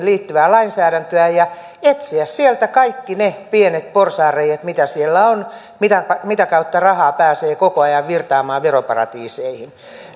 liittyvää lainsäädäntöä ja etsiä sieltä kaikki ne pienet porsaanreiät mitä siellä on mitä kautta rahaa pääsee koko ajan virtaamaan veroparatiiseihin